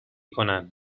کنن